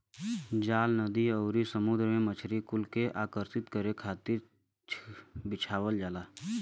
जाल नदी आउरी समुंदर में मछरी कुल के आकर्षित करे खातिर बिछावल जाला